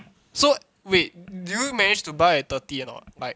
so wait did you manage to buy at thirty or not like